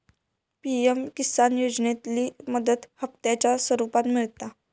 PM Kisan योजनेतली मदत हप्त्यांच्या स्वरुपात मिळता